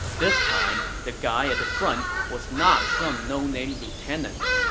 this time, the guy at the front was not some no-name lieutenant.